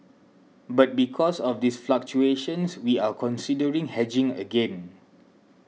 but because of these fluctuations we are considering hedging again